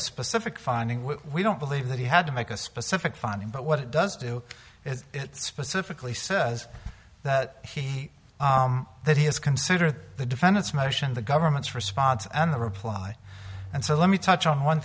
a specific finding we don't believe that he had to make a specific finding but what it does do is it specifically says that he that he has considered the defendant's motion the government's response and the reply and so let me touch on one